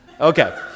Okay